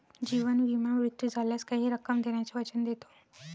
जीवन विमा मृत्यू झाल्यास काही रक्कम देण्याचे वचन देतो